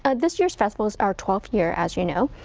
ah this year's festival is our twelfth year, as you know.